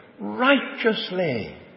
righteously